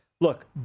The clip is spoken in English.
look